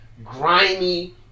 Grimy